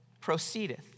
proceedeth